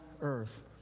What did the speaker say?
earth